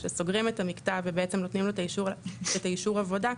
שסוגרים את המקטע ובעצם נותנים לו את אישור העבודה,